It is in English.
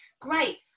great